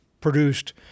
produced